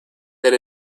that